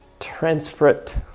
transfer it